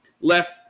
left